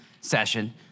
session